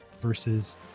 versus